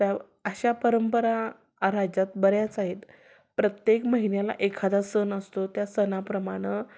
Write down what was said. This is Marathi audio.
तर अशा परंपरा राज्यात बऱ्याच आहेत प्रत्येक महिन्याला एखादा सण असतो त्या सणाप्रमाणं